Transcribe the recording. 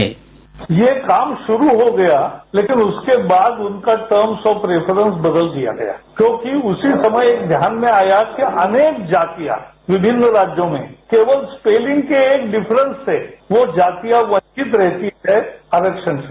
sound bite येकाम शुरू हो गया लेकिन उसके बाद उनका टर्मस ऑफ रिफरेंस बदल दिया गया क्योंकि उसी समयध्यान में आया कि अनेक जातियां विभिन्न राज्योमें केवल स्पेलिंग के एक डिफरेंस से वो जातियां वंचित रहती हैं आरक्षण से